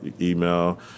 Email